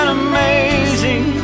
amazing